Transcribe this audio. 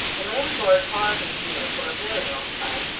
the landlord pausing here for a very long time,